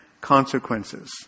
consequences